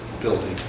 building